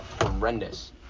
horrendous